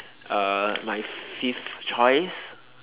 uh my fifth choice